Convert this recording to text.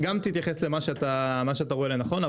תתייחס למה שאתה רואה לנכון.